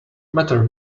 matter